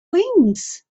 wings